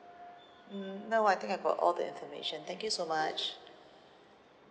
mm now I think I got all the information thank you so much